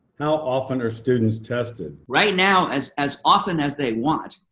how often are students tested? right now, as as often as they want.